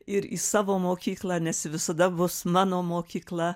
ir į savo mokyklą nes visada bus mano mokykla